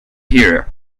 here